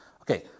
Okay